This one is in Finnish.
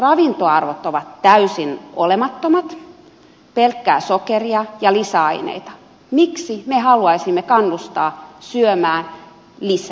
karamelleissa ravintoarvot ovat täysin olemattomat ne ovat pelkkää sokeria ja lisäaineita miksi me haluaisimme kannustaa syömään niitä lisää